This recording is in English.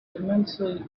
immensely